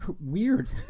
weird